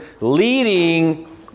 leading